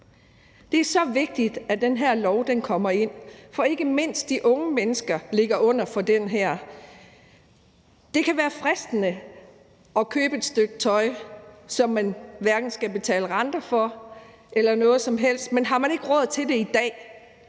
Det er så vigtigt, at den her lov kommer ind, for ikke mindst de unge mennesker ligger under for det her. Det kan være fristende at købe et stykke tøj, som man hverken skal betale renter for eller noget som helst, men har man ikke råd til det i dag,